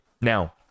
Now